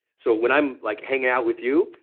so when i'm like hanging out with you,